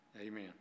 Amen